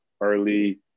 early